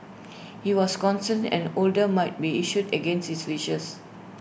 he was concerned an order might be issued against his wishes